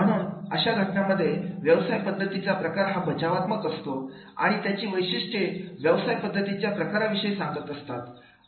म्हणून अशा घटनांमध्ये व्यवसाय पद्धतीचा प्रकार हा बचावात्मक असतो आणि त्याची वैशिष्ट्ये व्यवसाय पद्धतीच्या प्रकाराविषयी सांगत असतात